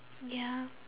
ya